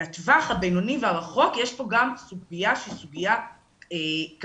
לטווח הבינוני והרחוק יש פה גם סוגיה שהיא סוגיה כלכלית.